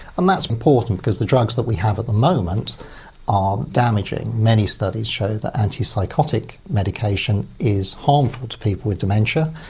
and that's important, because the drugs that we have at the moment are damaging. many studies show that anti-psychotic medication is harmful to people with dementia,